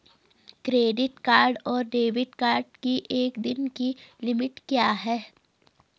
Credit card और debit card की एक दिन की लिमिट क्या है?